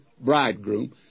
bridegroom